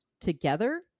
together